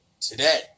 today